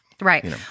Right